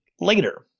later